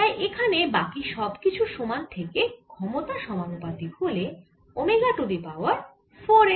তাই এখানে বাকি সব কিছু সমান থেকে ক্ষমতা সমানুপাতিক হল ওমেগা টু দি পাওয়ার 4 এর